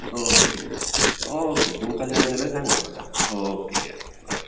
okay okay तुमकां जाय जाल्या सांगां म्हाका ओके या बरें